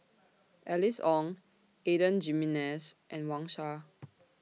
Alice Ong Adan Jimenez and Wang Sha